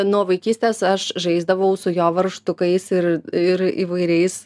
nuo vaikystės aš žaisdavau su jo varžtukais ir ir įvairiais